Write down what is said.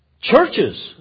Churches